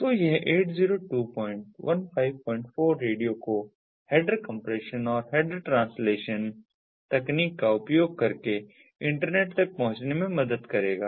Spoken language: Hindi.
तो यह 802154 रेडियो को हेडर कंप्रेशन और एड्रेस ट्रांसलेशन तकनीक का उपयोग करके इंटरनेट तक पहुंचने में मदद करेगा